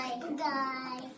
Goodbye